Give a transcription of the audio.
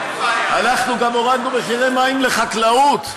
אנחנו גם הורדנו מחירי מים לחקלאות.